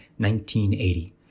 1980